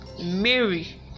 Mary